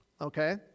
okay